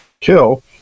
kill